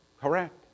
correct